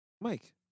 mike